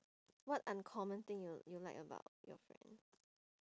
what uncommon thing you you like about your friend